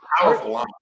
powerful